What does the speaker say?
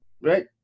right